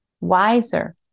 wiser